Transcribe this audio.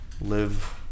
live